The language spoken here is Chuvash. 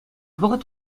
вӑхӑт